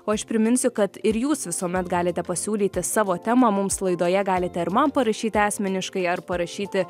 o aš priminsiu kad ir jūs visuomet galite pasiūlyti savo temą mums laidoje galite ir man parašyti asmeniškai ar parašyti